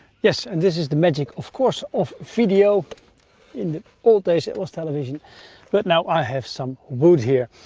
yes, and this is the magic of course of video in the old days it was television but now i have some wood here.